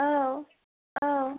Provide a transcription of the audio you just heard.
औ औ